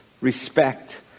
respect